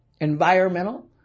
environmental